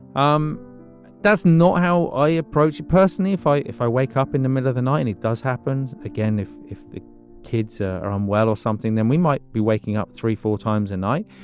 um that's not how i approach you personally. if i if i wake up in the middle of the night and it does happens again, if if the kids are unwell or something, then we might be waking up three, four times a night.